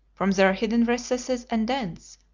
from their hidden recesses and dens,